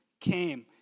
came